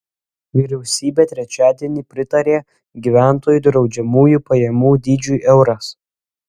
vyriausybė trečiadienį pritarė gyventojų draudžiamųjų pajamų dydžiui euras